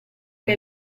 che